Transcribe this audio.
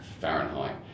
Fahrenheit